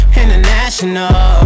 international